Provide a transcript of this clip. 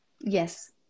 Yes